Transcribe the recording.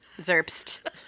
Zerbst